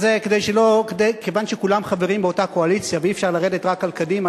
וזה כיוון שכולם חברים באותה קואליציה ואי-אפשר לרדת רק על קדימה,